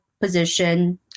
position